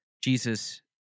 Jesus